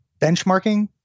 Benchmarking